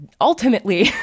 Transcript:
ultimately